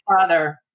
father